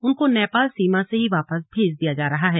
उनको नेपाल सीमा से ही वापस भेज दिया जा रहा है